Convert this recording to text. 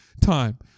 time